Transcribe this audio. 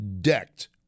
decked